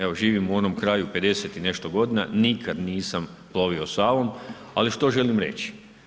Evo, živim u onom kraju 50 i nešto godina, nikad nisam plovio Savom, ali što želim reći?